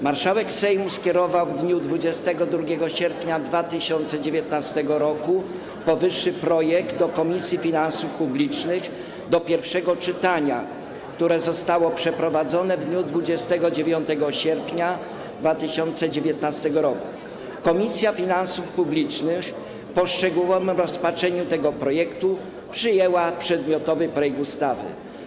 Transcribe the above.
Marszałek Sejmu skierował w dniu 22 sierpnia 2019 r. powyższy projekt do Komisji Finansów Publicznych do pierwszego czytania, które zostało przeprowadzone w dniu 29 sierpnia 2019 r. Komisja Finansów Publicznych, po szczegółowym rozpatrzeniu tego projektu, przyjęła przedmiotowy projekt ustawy.